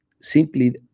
simply